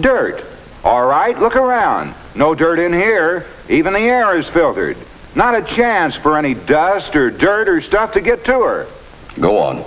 dirt alright look around no dirt in here even the air is filtered not a chance for any dust or dirt or stuff to get tour go on